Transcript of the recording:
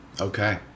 Okay